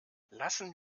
lassen